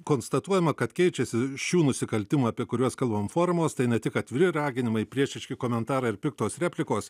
konstatuojama kad keičiasi šių nusikaltimų apie kuriuos kalbame formos tai ne tik atviri raginimai priešiški komentarai ar piktos replikos